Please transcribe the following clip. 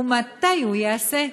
ומתי הוא ייעשה?